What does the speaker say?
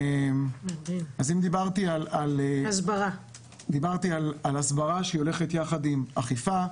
דיברתי על הסברה שהולכת יחד עם אכיפה.